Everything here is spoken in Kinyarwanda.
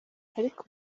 ariko